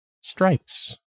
stripes